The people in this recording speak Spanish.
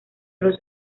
los